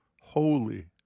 Holy